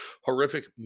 horrific